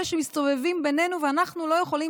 אלה שמסתובבים בינינו ואנחנו לא יכולים